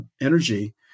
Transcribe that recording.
energy